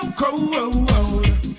cold